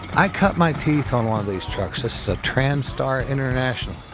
i cut my teeth on one of these trucks this is a transtar international.